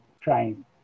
trying